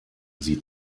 sie